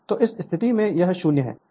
तो इस स्थिति में यह 0 है